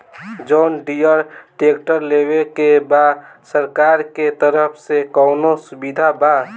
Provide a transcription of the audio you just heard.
John Deere tractor लेवे के बा सरकार के तरफ से कौनो सुविधा बा?